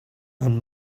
and